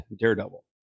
Daredevil